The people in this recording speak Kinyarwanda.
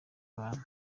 abantu